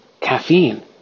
caffeine